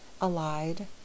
allied